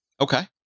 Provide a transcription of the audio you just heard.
Okay